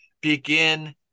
begin